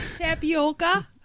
Tapioca